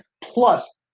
plus